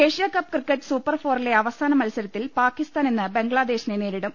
Asia Cup cricket super ഫോറിലെ അവസാന മത്സരത്തിൽ പാകിസ്താൻ ഇന്ന് ബംഗ്ലാദേശിനെ നേരിടും